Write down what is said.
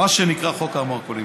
מה שנקרא "חוק המרכולים".